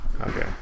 Okay